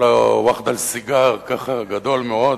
היה לו וואחד אל-סיגר גדול מאוד,